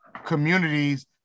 communities